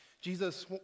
Jesus